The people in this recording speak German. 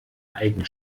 eigene